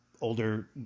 older